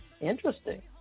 Interesting